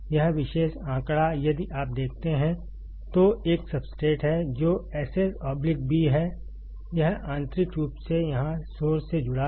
यह विशेष आंकड़ा यदि आप देखते हैं तो एक सब्सट्रेट है जो SSB है यह आंतरिक रूप से यहां सोर्स से जुड़ा है